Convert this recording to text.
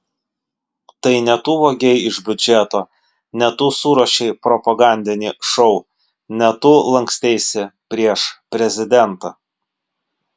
tai ne tu vogei iš biudžeto ne tu suruošei propagandinį šou ne tu lanksteisi prieš prezidentą